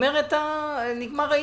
ונגמר העניין.